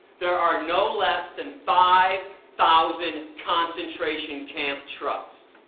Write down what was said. there are no less than five thousand concentration camp trucks.